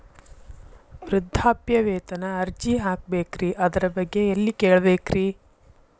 ವೃದ್ಧಾಪ್ಯವೇತನ ಅರ್ಜಿ ಹಾಕಬೇಕ್ರಿ ಅದರ ಬಗ್ಗೆ ಎಲ್ಲಿ ಕೇಳಬೇಕ್ರಿ?